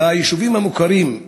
ביישובים המוכרים,